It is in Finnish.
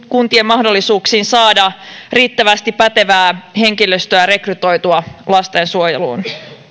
kuntien mahdollisuuksiin saada riittävästi pätevää henkilöstöä rekrytoitua lastensuojeluun